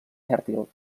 fèrtil